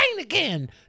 again